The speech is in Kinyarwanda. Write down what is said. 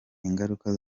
ingaruka